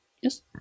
Yes